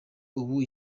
ubu